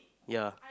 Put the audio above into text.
ya